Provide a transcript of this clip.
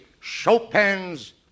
Chopin's